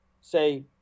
say